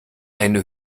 eine